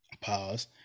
Pause